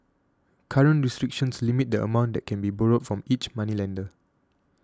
current restrictions limit the amount that can be borrowed from each moneylender